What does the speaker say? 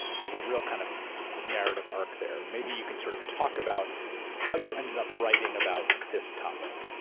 there's a real kind of narrative arc there. maybe you can sort of talk about how you ended up writing about this topic.